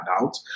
out